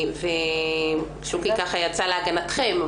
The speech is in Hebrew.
שוקי יצא להגנתכם,